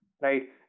Right